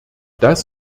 das